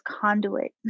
conduit